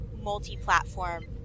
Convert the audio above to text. multi-platform